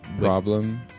problem